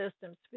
systems